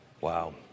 Wow